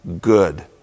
good